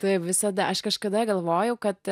taip visada aš kažkada galvojau kad